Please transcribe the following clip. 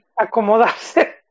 Acomodarse